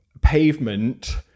pavement